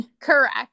Correct